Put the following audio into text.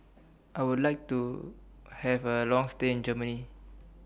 I Would like to Have A Long stay in Germany